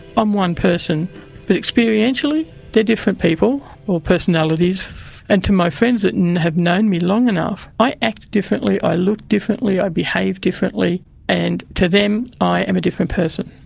i'm one person but experientially they are different people, or personalities and to my friends that and have known me long enough, i act differently, i look differently, i behave differently and to them i am a different person.